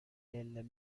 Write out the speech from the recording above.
del